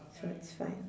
so it's fine